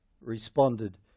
responded